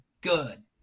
good